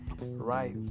right